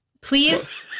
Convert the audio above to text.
Please